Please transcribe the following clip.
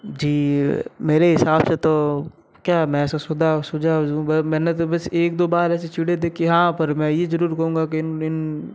जी मेरे हिसाब से तो क्या मैं सुझाव हूँ मैंने तो बस एक दो बार ऐसे चिड़ियाँ देखे हाँ पर मैं ये जरूर कहूँगा कि इनमें